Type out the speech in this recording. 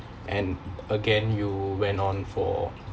and again you went on for